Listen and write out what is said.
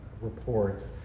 report